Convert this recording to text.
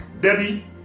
Debbie